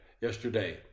yesterday